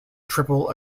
triple